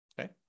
Okay